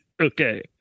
Okay